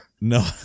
No